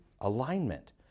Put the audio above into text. alignment